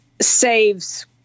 saves